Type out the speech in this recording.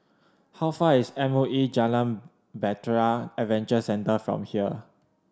how far is M O E Jalan Bahtera Adventure Centre from here